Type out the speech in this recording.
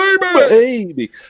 baby